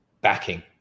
backing